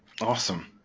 Awesome